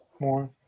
more